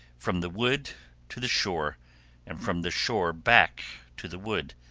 from the wood to the shore and from the shore back to the wood,